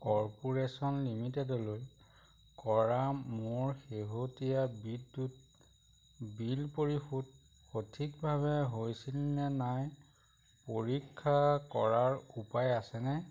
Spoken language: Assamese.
কৰ্পোৰেশ্যন লিমিটেডলৈ কৰা মোৰ শেহতীয়া বিদ্যুৎ বিল পৰিশোধ সঠিকভাৱে হৈছিল নে নাই পৰীক্ষা কৰাৰ উপায় আছেনে